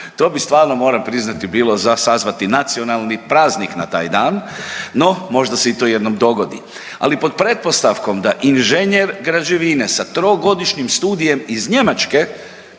to bi stvarno moram priznati bilo za sazvati nacionalni praznik na taj dan, no možda se i to jednom dogoditi, ali pod pretpostavkom da inženjer građevine sa trogodišnjim studijem iz Njemačke